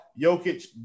Jokic